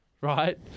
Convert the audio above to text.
right